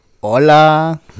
Hola